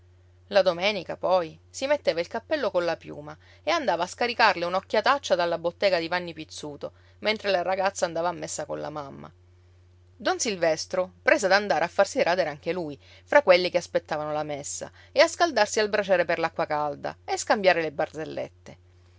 la domenica poi si metteva il cappello colla piuma e andava a scaricarle un'occhiataccia dalla bottega di vanni pizzuto mentre la ragazza andava a messa colla mamma don silvestro prese ad andare a farsi radere anche lui fra quelli che aspettavano la messa e a scaldarsi al braciere per l'acqua calda e scambiare le barzellette